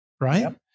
Right